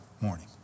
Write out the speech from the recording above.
morning